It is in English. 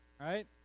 Right